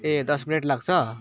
ए दस मिनेट लाग्छ